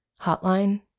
hotline